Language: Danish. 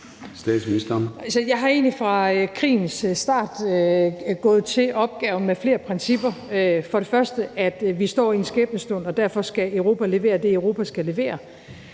Jeg har egentlig fra krigens start gået til opgaven med flere principper. For det første, at vi står i en skæbnestund, og derfor skal Europa levere det, Europa skal levere.